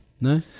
no